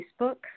Facebook